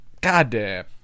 goddamn